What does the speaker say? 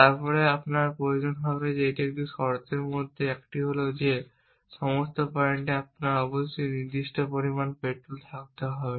তারপরে আপনার প্রয়োজন হবে এমন একটি শর্তের মধ্যে একটি হল যে সমস্ত পয়েন্টে আপনার অবশ্যই নির্দিষ্ট পরিমাণ পেট্রোল থাকতে হবে